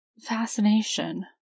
fascination